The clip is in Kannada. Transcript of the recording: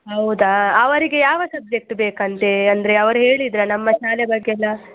ಹೌದಾ ಅವರಿಗೆ ಯಾವ ಸಬ್ಜೆಕ್ಟ್ ಬೇಕಂತೆ ಅಂದರೆ ಅವರು ಹೇಳಿದ್ದರಾ ನಮ್ಮ ಶಾಲೆ ಬಗ್ಗೆಯೆಲ್ಲ